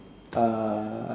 uh